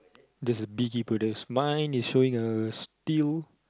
there's a bee keeper the mine is showing a still